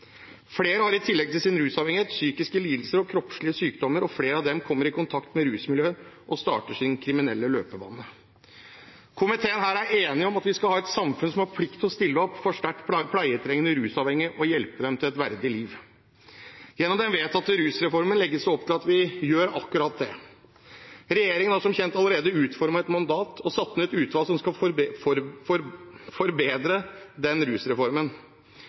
Flere har i tillegg til sin rusavhengighet psykiske lidelser og kroppslige sykdommer, og flere av dem kommer i kontakt med rusmiljøer og starter sin kriminelle løpebane. Komiteen er enig om at vi skal ha et samfunn som har plikt til å stille opp for sterkt pleietrengende rusavhengige og hjelpe dem til et verdig liv. Gjennom den vedtatte rusreformen legges det opp til at vi gjør akkurat det. Regjeringen har som kjent allerede utformet et mandat og satt ned et utvalg som skal forbedre den rusreformen.